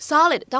Solid